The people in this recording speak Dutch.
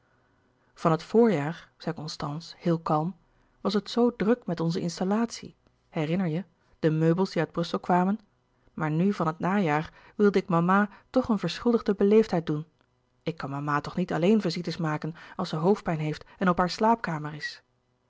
van het voorjaar zei constance heel kalm was het zoo druk met onze installatie herinner je de meubels die uit brussel kwamen maar nu van het najaar wilde ik mama toch eene verschuldigde beleefdheid doen ik kan mama toch niet alleen visites maken als ze hoofdpijn heeft en op haar slaapkamer is